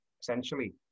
essentially